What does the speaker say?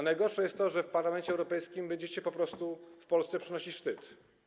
Najgorsze jest to, że w Parlamencie Europejskim będziecie po prostu Polsce przynosić wstyd.